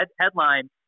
headline